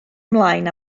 ymlaen